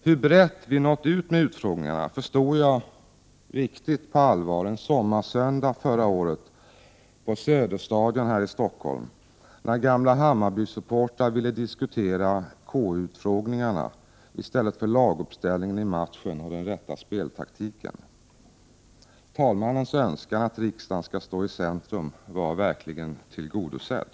Hur brett vi nått ut med utfrågningarna förstod jag riktigt på allvar en sommarsöndag förra året på Söderstadion i Stockholm, när gamla Hammarbysupportrar ville diskutera KU-utfrågningarna i stället för laguppställningen i matchen och den rätta speltaktiken. Talmannens önskan att riksdagen skall stå i centrum var verkligen tillgodosedd.